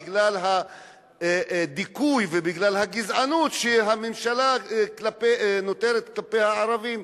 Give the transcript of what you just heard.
בגלל הדיכוי ובגלל הגזענות שהממשלה נוטרת כלפי הערבים,